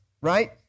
right